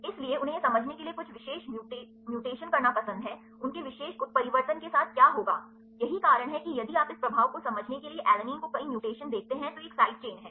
इसलिए उन्हें यह समझने के लिए कुछ विशिष्ट म्यूटेशन करना पसंद है कि उनके विशेष उत्परिवर्तन के साथ क्या होगा यही कारण है कि यदि आप इस प्रभाव को समझने के लिए ऐलन को कई म्यूटेशन देखते हैं तो यह एक साइड चेन है